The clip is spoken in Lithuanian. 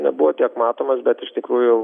nebuvo tiek matomas bet iš tikrųjų